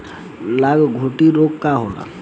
गलघोंटु रोग का होला?